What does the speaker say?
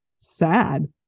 sad